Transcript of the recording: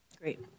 Great